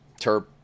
Terp